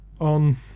on